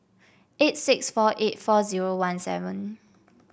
eight six four eight four zero one seven